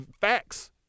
facts